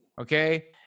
Okay